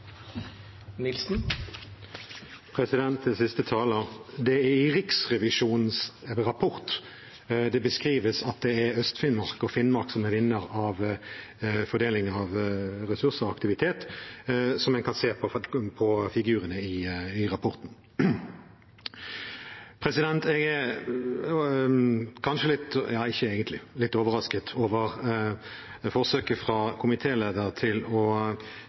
og Finnmark som er vinner av fordelingen av ressurser og aktivitet, som en kan se av figurene i rapporten. Jeg er litt – ja, ikke egentlig – overrasket over forsøket fra komitélederen på å